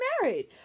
married